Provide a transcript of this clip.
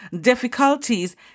difficulties